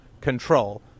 control